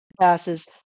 passes